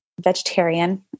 vegetarian